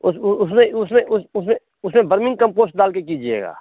उसमें उसमें उसमें उसमें वरमी कम्पोस्ट डाल के कीजिएगा